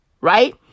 right